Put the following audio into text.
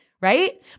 right